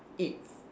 eat